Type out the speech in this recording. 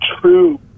true